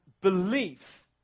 belief